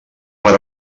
per